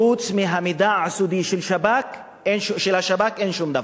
חוץ מהמידע הסודי של השב"כ אין שום דבר.